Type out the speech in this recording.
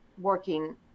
working